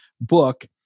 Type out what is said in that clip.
book